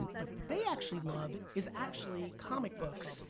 but what they actually love, is actually comic books.